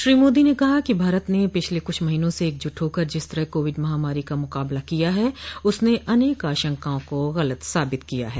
श्री मोदी ने कहा कि भारत ने पिछले कुछ महीनों से एकजुट होकर जिस तरह कोविड महामारी का मुकाबला किया है उसने अनेक आशंकाओं को गलत साबित किया है